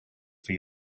for